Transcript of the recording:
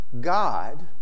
God